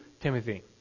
Timothy